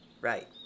Right